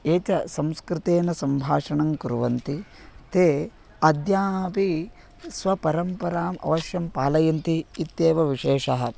ये च संस्कृतेन सम्भाषणं कुर्वन्ति ते अद्यापि स्वपरम्पराम् अवश्यं पालयन्ति इत्येव विशेषः